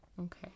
Okay